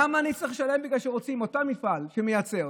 למה אני צריך לשלם בגלל שאותו מפעל שמייצר